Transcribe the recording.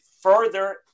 further